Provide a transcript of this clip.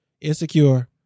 Insecure